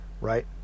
right